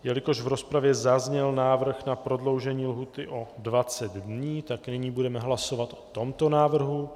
Jelikož v rozpravě zazněl návrh na prodloužení lhůty o 20 dní, tak nyní budeme hlasovat o tomto návrhu.